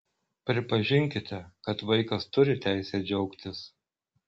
pripažinkite kad vaikas turi teisę džiaugtis